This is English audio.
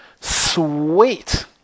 Sweet